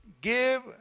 give